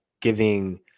giving –